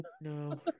No